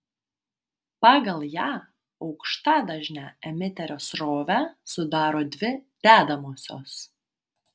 pagal ją aukštadažnę emiterio srovę sudaro dvi dedamosios